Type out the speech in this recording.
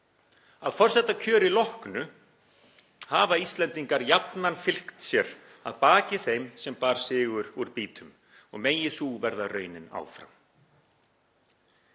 Að forsetakjöri loknu hafa Íslendingar jafnan fylkt sér að baki þeim sem bar sigur úr býtum og megi sú verða raunin áfram.